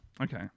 Okay